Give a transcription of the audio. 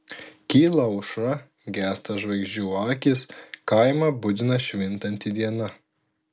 kyla aušra gęsta žvaigždžių akys kaimą budina švintanti diena